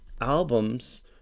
albums